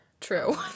true